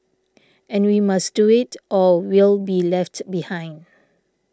and we must do it or we'll be left behind